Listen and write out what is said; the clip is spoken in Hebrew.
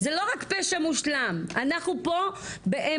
זה לא רק פשע מושלם, אנחנו פה באמת,